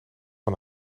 van